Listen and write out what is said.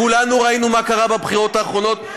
כולנו ראינו מה קרה בבחירות האחרונות.